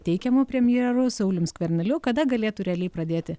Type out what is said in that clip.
teikiamu premjeru saulium skverneliu kada galėtų realiai pradėti